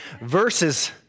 Verses